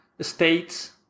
states